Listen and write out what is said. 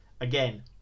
Again